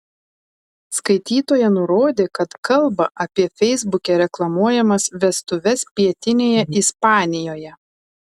skaitytoja nurodė kad kalba apie feisbuke reklamuojamas vestuves pietinėje ispanijoje